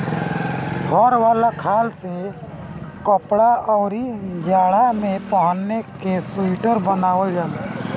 फर वाला खाल से कपड़ा, अउरी जाड़ा में पहिने के सुईटर बनावल जाला